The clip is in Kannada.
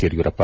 ಯಡಿಯೂರಪ್ಪ